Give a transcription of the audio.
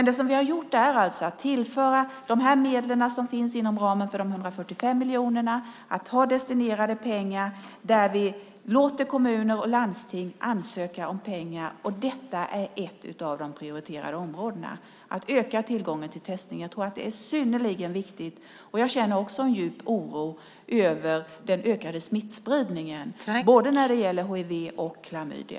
Det vi har gjort är alltså att tillföra de medel som finns inom ramen för de 45 miljonerna. Vi har destinerade pengar där vi låter kommuner och landsting ansöka om medel. Att öka tillgången till testning är ett av de prioriterade områdena. Jag tror att det är synnerligen viktigt. Jag känner också en djup oro över den ökade smittspridningen, både när det gäller hiv och klamydia.